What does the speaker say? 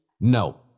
No